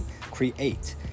create